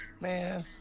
Man